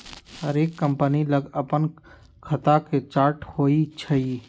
हरेक कंपनी के लग अप्पन खता के चार्ट होइ छइ